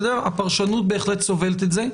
הפרשנות בהחלט סובלת את זה.